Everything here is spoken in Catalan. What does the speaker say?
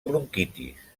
bronquitis